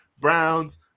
Browns